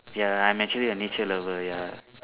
ya I'm actually a nature lover ya